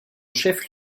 chef